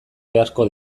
beharko